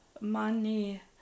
money